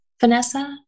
Vanessa